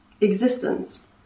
existence